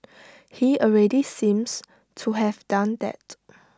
he already seems to have done that